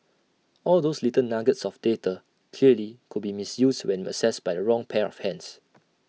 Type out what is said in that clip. all those little nuggets of data clearly could be misused when accessed by the wrong pair of hands